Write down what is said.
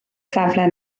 safle